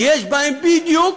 כי יש בהם בדיוק